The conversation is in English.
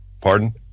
pardon